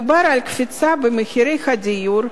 מדובר על קפיצה במחירי הדיור,